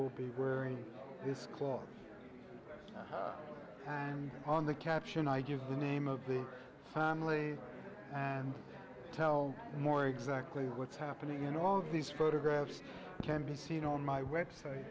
will be wearing this cause and on the caption i give the name of the family and tell more exactly what's happening in all of these photographs can be seen on my website